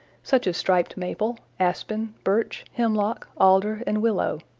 such as striped maple, aspen, birch, hemlock, alder and willow.